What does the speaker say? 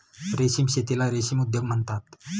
रेशीम शेतीला रेशीम उद्योग म्हणतात